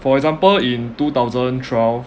for example in two thousand twelve